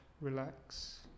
relax